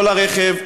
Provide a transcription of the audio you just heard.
כל הרכב,